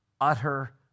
utter